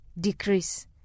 decrease